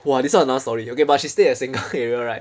!wah! this one another story okay but she stay at sengkang area right